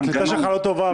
הקליטה שלך לא טובה,